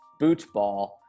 Bootball